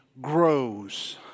grows